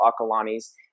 Akalani's